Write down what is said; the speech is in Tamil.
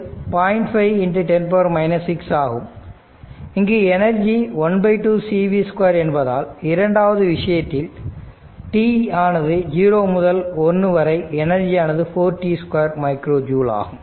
5×10 6 ஆகும் இங்கு எனர்ஜி ½ cv2 என்பதால் இரண்டாவது விஷயத்தில் t ஆனது 0 முதல் 1 வரை எனர்ஜியானது 4 t 2 மைக்ரோ ஜூல் ஆகும்